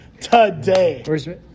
Today